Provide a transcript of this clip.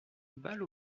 balle